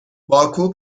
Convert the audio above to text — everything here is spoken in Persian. باکو